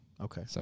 Okay